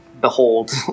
behold